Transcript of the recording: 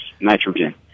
nitrogen